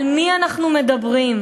על מי אנחנו מדברים?